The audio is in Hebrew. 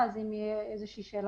כל אחד מטיל על השני.